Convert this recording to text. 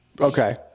okay